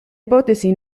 ipotesi